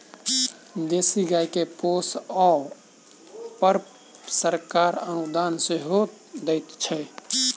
देशी गाय के पोसअ पर सरकार अनुदान सेहो दैत छै